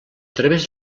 través